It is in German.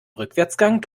rückwärtsgang